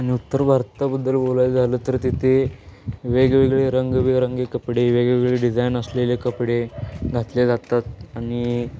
आणि उत्तर भारताबद्दल बोलायचं झालं तर तिथे वेगवेगळे रंगीबेरंगी कपडे वेगवेगळे डिझाईन असलेले कपडे घातले जातात आणि